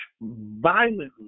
violently